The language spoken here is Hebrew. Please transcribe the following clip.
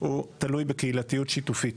הוא תלוי בקהילתיות שיתופית.